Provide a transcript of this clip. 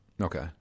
Okay